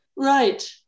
Right